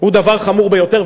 היא דבר חמור ביותר,